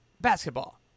basketball